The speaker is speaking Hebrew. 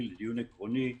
זה יכול להיות בכל תחומי החיים,